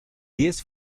diez